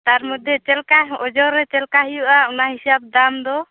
ᱛᱟᱨ ᱢᱚᱫᱽᱫᱷᱮ ᱪᱮᱫ ᱞᱮᱠᱟ ᱳᱡᱚᱱ ᱨᱮ ᱪᱮᱫ ᱞᱮᱠᱟ ᱦᱩᱭᱩᱜᱼᱟ ᱚᱱᱟ ᱦᱤᱥᱟᱹᱵ ᱫᱟᱢ ᱫᱚ